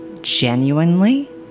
genuinely